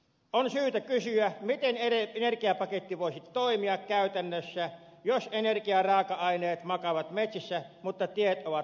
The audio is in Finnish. on syytä kysyä miten energiapaketti voisi toimia käytännössä jos energiaraaka aineet makaavat metsissä mutta tiet ovat rapakunnossa